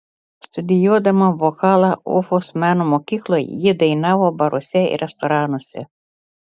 studijuodama vokalą ufos meno mokykloje ji dainavo baruose ir restoranuose